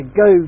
go